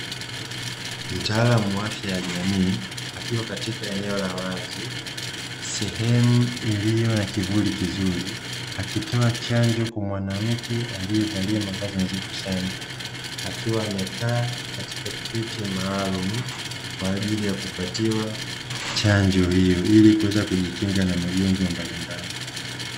Mtaalamu wa afya ya jamii akiwa katika eneo la wazi, sehemu iliyo na kivuli kizuri, akitoa chanjo kwa mwanamke aliyevalia mavazi nadhifu sana, akiwa amekaa katika kiti maalumu kwa ajili ya kupatiwa chanjo hiyo ili kuweza kujikinga na magonjwa mbalimbali.